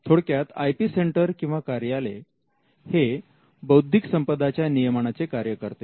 थोडक्यात I P centre किंवा कार्यालय हे बौद्धिक संपदा च्या नियमनाचे कार्य करते